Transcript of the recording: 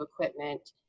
equipment